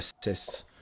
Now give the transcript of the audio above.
assists